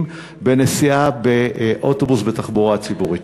בנסיעה באוטובוס ובתחבורה ציבורית.